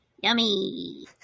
yummy